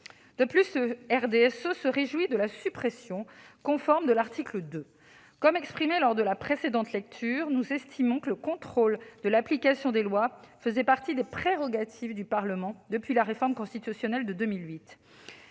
De plus, le RDSE se réjouit de la suppression conforme de l'article 2. Comme nous l'avons exprimé lors de la précédente lecture, nous estimons que le contrôle de l'application des lois fait partie des prérogatives du Parlement depuis la réforme constitutionnelle de 2008.